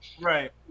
right